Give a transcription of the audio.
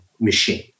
machine